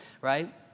right